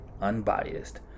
unbiased